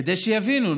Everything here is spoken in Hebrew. כדי שיבינו.